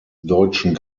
deutschen